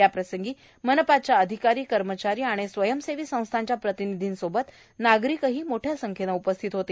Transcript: या प्रसंगी मनपाच्या अधिकारी कर्मचारी आणि स्वयंसेवी संस्थांच्या प्रतिनिधींसोबत नागरीक मोठया संख्येनं उपस्थित होते